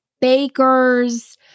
Bakers